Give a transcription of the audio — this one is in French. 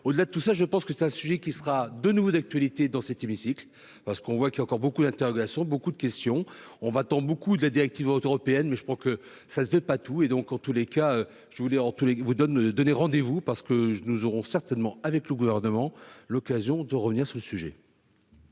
au-delà de tout ça, je pense que c'est un sujet qui sera de nouveau d'actualité dans cet hémicycle parce qu'on voit qu'il y a encore beaucoup d'interrogations, beaucoup de questions, on va-t-en beaucoup de la directive européenne mais je crois que ça ne fait pas tout et donc en tous les cas je voulais en tous les vous donne donné rendez-vous parce que nous aurons certainement avec le gouvernement l'occasion de revenir sur le sujet.